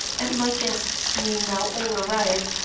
and my guests being now all arrived,